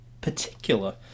particular